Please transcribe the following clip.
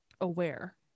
aware